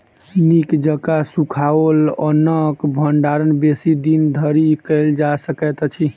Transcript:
नीक जकाँ सुखाओल अन्नक भंडारण बेसी दिन धरि कयल जा सकैत अछि